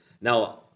Now